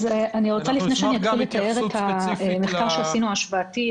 לפני שאני אתחיל לתאר את המחקר ההשוואתי שעשינו